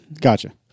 Gotcha